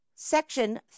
Section